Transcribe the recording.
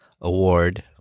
award